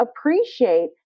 appreciate